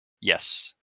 Yes